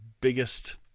biggest